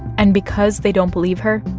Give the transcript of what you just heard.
and because they don't believe her,